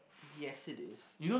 yes it is